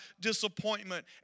disappointment